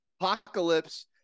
apocalypse